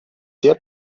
sehr